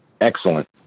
excellent